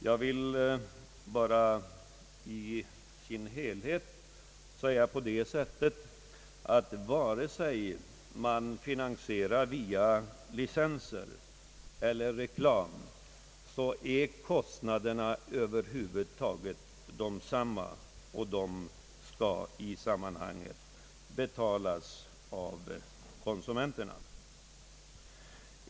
Jag vill som helhet endast säga att vare sig man finansierar via licenser eller reklam är kostnaderna över huvud taget desamma och skall i sammanhanget betalas av konsumenterna.